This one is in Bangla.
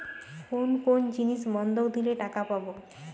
কোন কোন জিনিস বন্ধক দিলে টাকা পাব?